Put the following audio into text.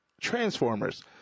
Transformers